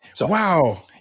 Wow